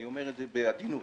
וזה בעדינות